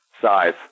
size